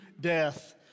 death